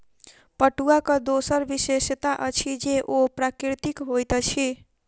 पटुआक दोसर विशेषता अछि जे ओ प्राकृतिक होइत अछि